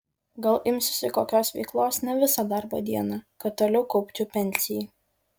gal imsiuosi kokios veiklos ne visą darbo dieną kad toliau kaupčiau pensijai